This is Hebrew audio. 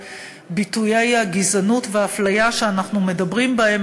וביטויי הגזענות והאפליה שאנחנו מדברים בהם